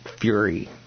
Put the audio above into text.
fury